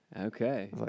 Okay